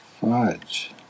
fudge